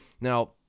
Now